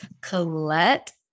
Colette